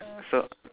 so